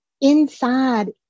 inside